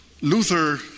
Luther